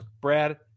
brad